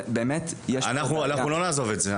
אנחנו לא נעזוב את זה.